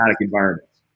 environments